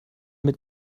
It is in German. mit